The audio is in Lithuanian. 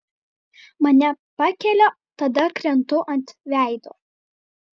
mane pakelia tada krentu ant veido